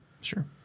Sure